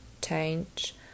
change